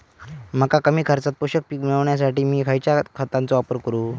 मका कमी खर्चात पोषक पीक मिळण्यासाठी मी खैयच्या खतांचो वापर करू?